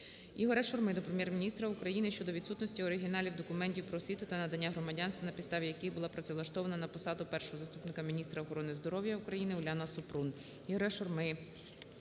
ІгоряШурми до Прем'єр-міністра України щодо відсутності оригіналів документів про освіту та надання громадянства, на підставі яких була працевлаштована на посаду першого заступника міністра охорони здоров`я України Уляна Супрун.